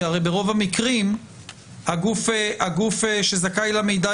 כי הרי ברוב המקרים הגוף שזכאי למידע,